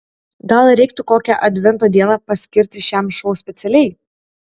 gal reiktų kokią advento dieną paskirti šiam šou specialiai